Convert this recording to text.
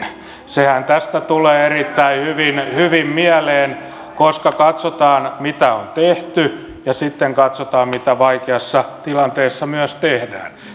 sehän tästä tulee erittäin hyvin hyvin mieleen kun katsotaan mitä on tehty ja sitten katsotaan mitä vaikeassa tilanteessa myös tehdään